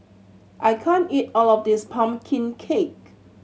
I can't eat all of this pumpkin cake